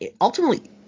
ultimately